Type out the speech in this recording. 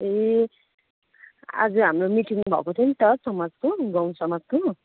ए आज हाम्रो मिटिङ भएको थियो नि त समाजको गाउँ समाजको